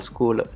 School